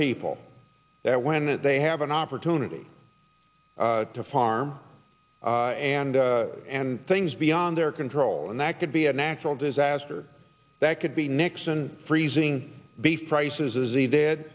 people that when they have an opportunity to farm and and things beyond their control and that could be a natural disaster that could be next and freezing beef prices is